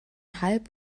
halb